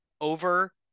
over